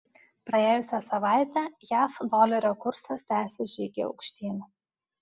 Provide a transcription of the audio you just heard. praėjusią savaitę jav dolerio kursas tęsė žygį aukštyn